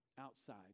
outside